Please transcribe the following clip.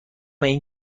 این